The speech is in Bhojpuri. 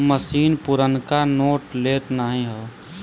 मसीन पुरनका नोट लेत नाहीं हौ